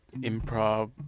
improv